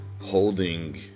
Holding